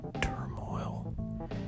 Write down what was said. turmoil